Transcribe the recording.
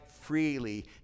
freely